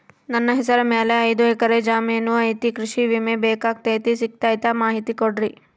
ನನ್ನ ಹೆಸರ ಮ್ಯಾಲೆ ಐದು ಎಕರೆ ಜಮೇನು ಐತಿ ಕೃಷಿ ವಿಮೆ ಬೇಕಾಗೈತಿ ಸಿಗ್ತೈತಾ ಮಾಹಿತಿ ಕೊಡ್ರಿ?